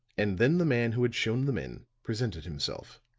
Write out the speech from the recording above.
and then the man who had shown them in presented himself.